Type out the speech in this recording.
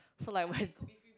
so like when